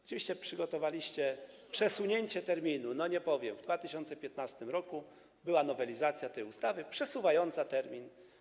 Oczywiście przygotowaliście przesunięcie terminu, nie powiem, w 2015 r. była nowelizacja tej ustawy, przesuwająca termin.